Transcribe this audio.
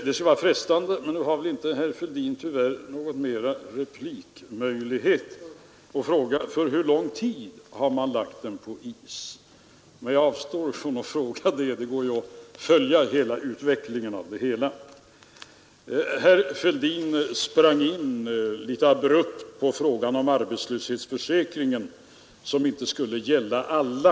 Nu har väl inte herr Fälldin någon mer replikmöjlighet, men det skulle vara frestande att fråga för hur lång tid man har lagt den på is. Men jag avstår från att fråga det — det går ju att följa utvecklingen. Herr Fälldin sprang in litet abrupt på frågan om arbetslöshetsförsäkringen som inte skulle gälla alla.